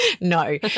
No